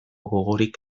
gogorik